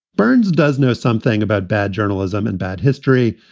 burns does know something about bad journalism and bad history,